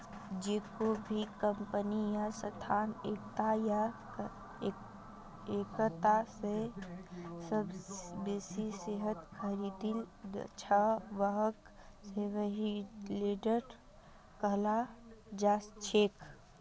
जेको भी कम्पनी या संस्थार एकता या एकता स बेसी शेयर खरीदिल छ वहाक शेयरहोल्डर कहाल जा छेक